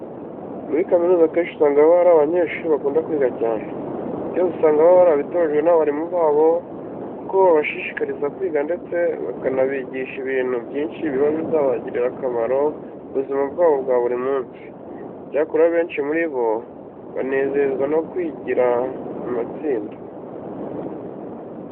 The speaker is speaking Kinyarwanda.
Muri kaminuza akenshi usanga haba hari abanyeshuri bakunda kwiga cyane. Ibi byose usanga baba barabitojwe n'abarimu babo kuko babashishikariza kwiga ndetse bakanabigisha ibintu byinshi biba bizabagirira akamaro mu buzima bwabo bwa buri munsi. Icyakora benshi muri bo banezezwa no kwigira mu matsinda.